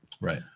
Right